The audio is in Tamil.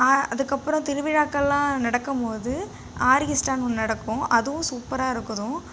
அ அதுக்கப்புறோம் திருவிழாக்கள்லாம் நடக்கும் போது ஆர்கெஸ்ட்ரான்னு ஒன்று நடக்கும் அதுவும் சூப்பராக இருக்கும்